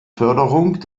förderung